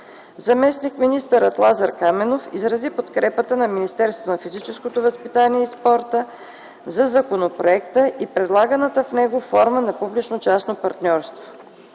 Заместник-министър Лазар Каменов изрази подкрепата на Министерството на физическото възпитание и спорта за законопроекта и предлаганата в него форма на публично-частно партньорство.